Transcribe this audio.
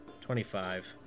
twenty-five